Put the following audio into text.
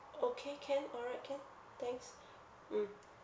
okay can alright can thanks mm